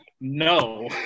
no